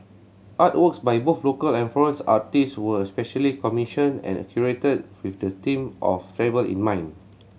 artworks by both local and foreign artist were specially commissioned and curated with the theme of travel in mind